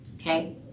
Okay